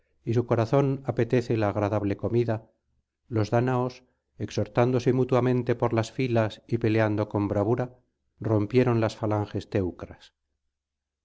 y su corazón apetece la agradable comida los dáñaos exhortándose mutuamente por las filas y peleando con bravura rompieron las falanges